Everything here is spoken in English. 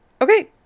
Okay